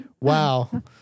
Wow